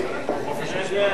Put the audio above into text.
ההצעה